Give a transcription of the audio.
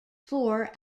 four